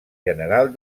general